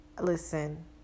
listen